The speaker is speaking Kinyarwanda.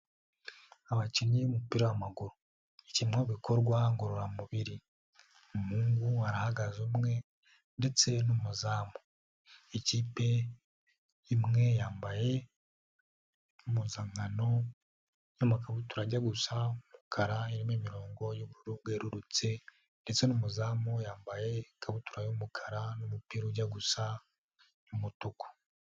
Abakinnyi b'umupira w'amaguru, ni kimwe mu bikorwa ngororamubiri, umuhungu arahagaze umwe ndetse n'umuzamu, ikipe imwe yambaye impuzankano y'amakabutura ajya gusa umukara irimo imirongo y'ubururu bwerurutse ndetse n'umuzamu yambaye ikabutura y'umukara n'umupira ujya gusa umutuku.